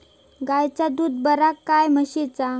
गायचा दूध बरा काय म्हशीचा?